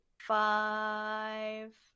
five